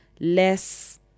less